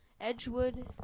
Edgewood